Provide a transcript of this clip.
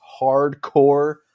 hardcore